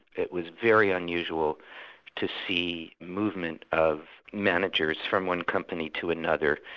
it was very unusual to see movement of managers from one company to another,